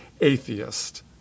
atheist